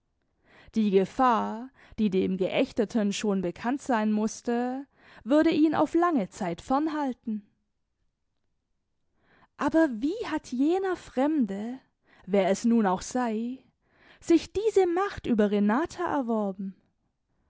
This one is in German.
die gefahr die dem geächteten schon bekannt sein mußte würde ihn auf lange zeit fern halten aber wie hat jener fremde wer es nun auch sei sich diese macht über renata erworben